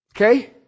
Okay